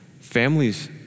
families